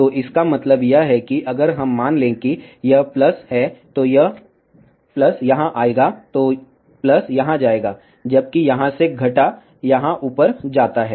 तो इसका मतलब यह है कि अगर हम मान लें कि यह है तो यह यहाँ आएगा तो यहाँ जाएगा जबकि यहाँ से घटा यहाँ ऊपर जाता है